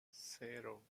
cero